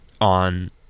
on